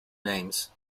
names